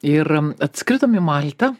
ir atskridom į maltą